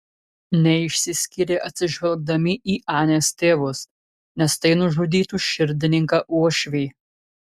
neišsiskyrė atsižvelgdami į anės tėvus nes tai nužudytų širdininką uošvį